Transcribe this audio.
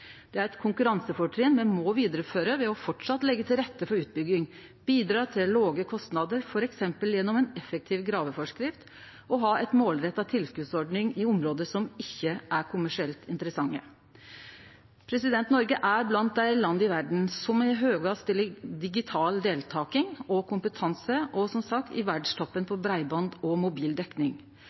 Det er eit konkurransefortrinn me må vidareføre ved framleis å leggje til rette for utbygging, bidra til låge kostnader, f.eks. gjennom ein effektiv graveforskrift, og ved å ha ei målretta tilskotsordning i område som ikkje er kommersielt interessante. Noreg er blant dei landa i verda som har høgast digital deltaking og kompetanse, og me er – som sagt – i verdstoppen på breiband og